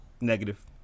Negative